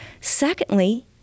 Secondly